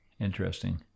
Interesting